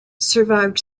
survived